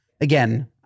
again